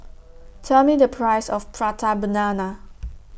Tell Me The Price of Prata Banana